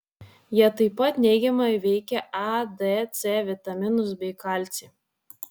jie tai pat neigiamai veikia a d c vitaminus bei kalcį